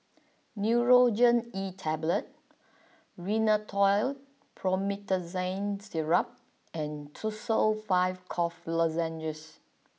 Nurogen E Tablet Rhinathiol Promethazine Syrup and Tussils five Cough Lozenges